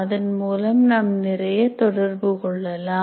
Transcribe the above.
அதன்மூலம் நாம் நிறைய தொடர்பு கொள்ளலாம்